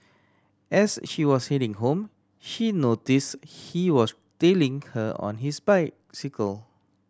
as she was heading home she noticed he was tailing her on his bicycle